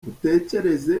utekereze